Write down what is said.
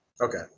Okay